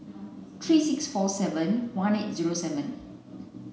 three six four seven one eight zero seven